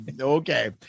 okay